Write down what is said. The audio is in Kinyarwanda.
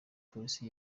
polisi